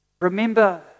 remember